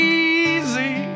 easy